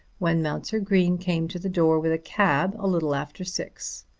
when mounser green came to the door with a cab a little after six.